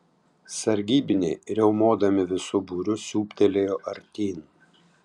sargybiniai riaumodami visu būriu siūbtelėjo artyn